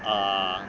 err